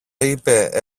είπε